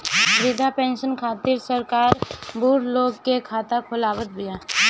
वृद्धा पेंसन खातिर सरकार बुढ़उ लोग के खाता खोलवावत बिया